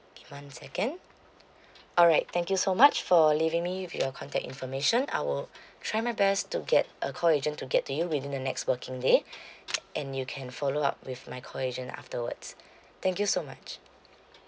okay one second alright thank you so much for leaving me with your contact information I will try my best to get a call agent to get to you within the next working day and you can follow up with my call agent afterwards thank you so much